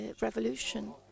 revolution